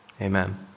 amen